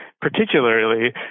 particularly